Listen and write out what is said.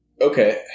Okay